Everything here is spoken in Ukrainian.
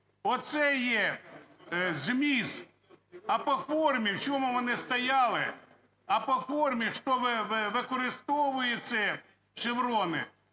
Оце є зміст. А по формі, в чому вони стояли, а по формі, хто використовує ці шеврони,